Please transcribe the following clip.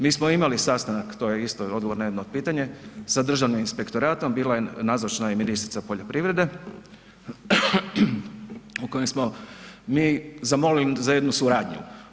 Mi smo imali sastanak, to je isto odgovor na je jedno pitanje, sa Državnim inspektoratom, bila je nazočna i ministrica poljoprivrede u kojem smo mi zamolili za jednu suradnju.